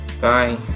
Bye